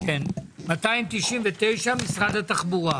פנייה 23-017 משרד הרווחה.